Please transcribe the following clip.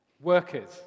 Workers